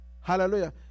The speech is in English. Hallelujah